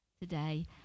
today